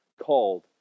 called